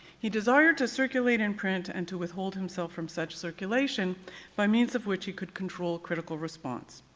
he desired to circulate in print and to withhold himself from such circulation by means of which he could control critical response.